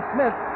Smith